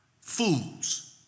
fools